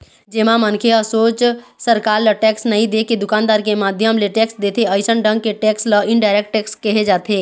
जेमा मनखे ह सोझ सरकार ल टेक्स नई देके दुकानदार के माध्यम ले टेक्स देथे अइसन ढंग के टेक्स ल इनडायरेक्ट टेक्स केहे जाथे